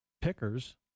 pickers